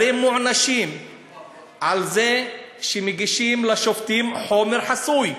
הרי הם מוענשים אחרי שמגישים לשופטים חומר חסוי,